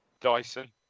Dyson